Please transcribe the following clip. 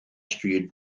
stryd